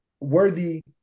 worthy